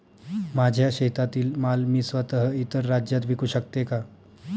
माझ्या शेतातील माल मी स्वत: इतर राज्यात विकू शकते का?